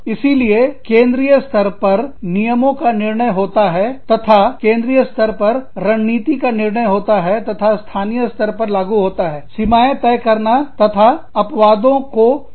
इसीलिए केंद्रीय स्तर पर नियमों का निर्णय होता है तथा केंद्रीय स्तर पर रणनीति का निर्णय होता है तथा स्थानीय स्तर पर लागू होता है सीमाएं तय करना तथा अपवादों को स्वीकृत करना